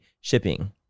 shipping